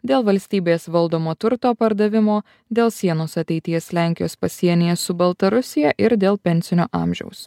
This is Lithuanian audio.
dėl valstybės valdomo turto pardavimo dėl sienos ateities lenkijos pasienyje su baltarusija ir dėl pensinio amžiaus